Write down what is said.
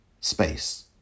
space